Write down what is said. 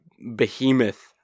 behemoth